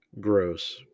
gross